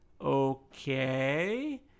okay